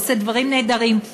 ואתה עושה דברים נהדרים,